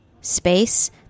space